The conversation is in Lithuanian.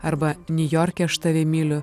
arba niujorke aš tave myliu